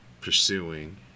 pursuing